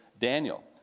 Daniel